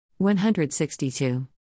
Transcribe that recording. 162